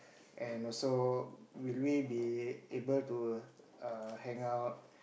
and also will we be able to err hang out